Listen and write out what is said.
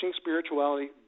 spirituality